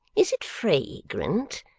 is it fragrant,